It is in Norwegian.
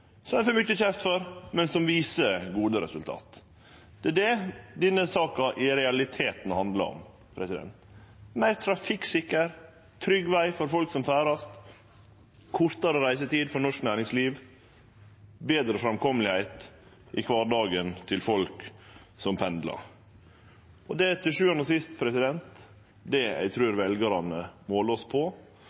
vi har fått mykje kjeft for, men som viser gode resultat. Det er det denne saka i realiteten handlar om: meir trafikksikker og trygg veg for folk som ferdast, kortare reisetid for norsk næringsliv, betre framkomst i kvardagen til folk som pendlar. Det er til sjuande og sist det eg trur at veljarane måler oss på.